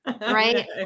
right